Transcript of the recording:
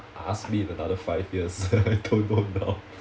ask me in another five years I don't know now